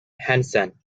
handsome